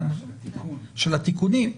של התיקונים,